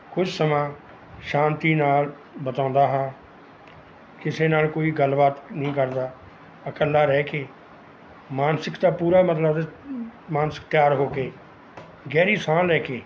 ਕੁਝ ਸਮਾਂ ਸ਼ਾਂਤੀ ਨਾਲ ਬਿਤਾਉਂਦਾ ਹਾਂ ਕਿਸੇ ਨਾਲ ਕੋਈ ਗੱਲਬਾਤ ਨਹੀਂ ਕਰਦਾ ਇਕੱਲਾ ਰਹਿ ਕੇ ਮਾਨਸਿਕਤਾ ਪੂਰਾ ਮਤਲਬ ਆਪਣੇ ਮਾਨਸਿਕ ਤਿਆਰ ਹੋ ਕੇ ਗਹਿਰੀ ਸਾਹ ਲੈ ਕੇ